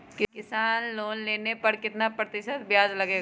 किसान लोन लेने पर कितना प्रतिशत ब्याज लगेगा?